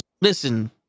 Listen